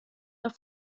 auf